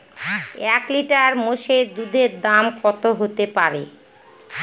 এক লিটার মোষের দুধের দাম কত হতেপারে?